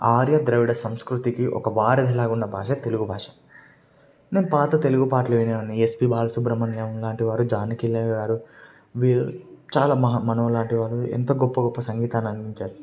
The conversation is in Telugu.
ఆర్య ద్రవిడ సంస్కృతికి ఒక వారధిలాగా ఉన్న భాష తెలుగు భాష నేను పాత తెలుగు పాటలు వినేవాడిని ఎస్పి బాల సుబ్రహ్మణ్యం లాంటి వారు జానకి గారు వీరు చాలా మనో లాంటివారు ఎంతో గొప్ప గొప్ప సంగీతాన్ని అందించారు